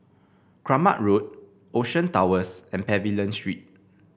Kramat Road Ocean Towers and Pavilion Street